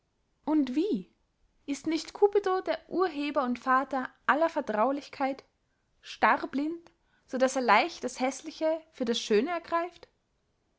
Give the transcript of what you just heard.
und wie ist nicht cupido der uhrheber und vater aller vertraulichkeit starrblind so daß er leicht das häßliche für das schöne ergreift